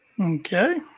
Okay